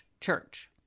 church